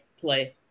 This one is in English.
play